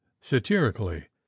satirically